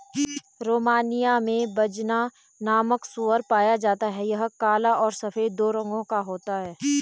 Romania में Bazna नामक सूअर पाया जाता है यह काला और सफेद दो रंगो का होता है